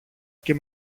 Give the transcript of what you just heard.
και